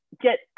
get